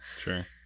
Sure